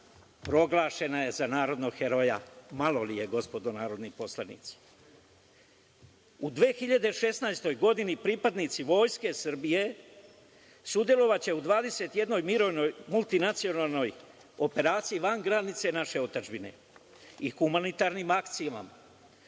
proglašena je za narodnog heroja. Malo li je, gospodo narodni poslanici?U 2016. godini pripadnici Vojske Srbije sudelovaće u 21 mirovnoj multinacionalnoj operaciji van granica naše otadžbine i humanitarnim akcijama,